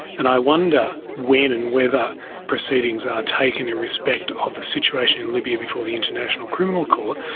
and i wonder, when and whether proceedings are taken in respect of the situation in libya before the international criminal court,